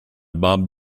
bob